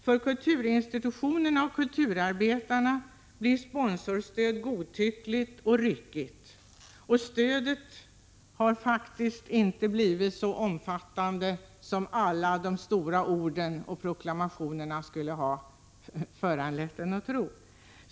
För kulturinstitutionerna och kulturarbetarna blir sponsorstöd godtyckligt och ryckigt, och stödet har faktiskt inte blivit så omfattande som man genom alla de stora orden och proklamationerna försökte få oss att tro.